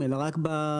אלא רק ברציונל.